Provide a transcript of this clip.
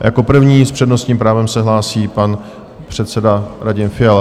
Jako první s přednostním právem se hlásí pan předseda Radim Fiala.